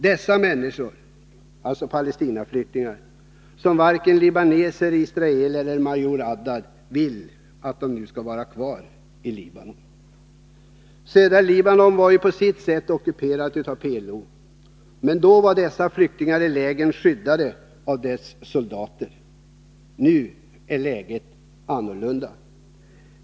Det handlar om dessa Palestinaflyktingar som varken libaneser, israeler eller major Haddad vill att de skall vara kvar i Libanon. Södra Libanon var ju på sitt sätt ockuperat av PLO — men då var dessa flyktingar i lägren skyddade av dess soldater. Nu är läget annorlunda.